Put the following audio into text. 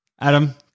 Adam